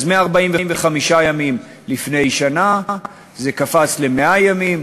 אז מ-45 ימים לפני שנה זה קפץ ל-100 ימים,